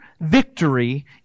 victory